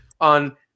on